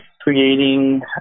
creating